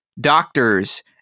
doctors